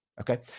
Okay